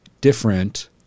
different